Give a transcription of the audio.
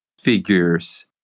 figures